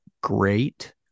great